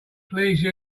please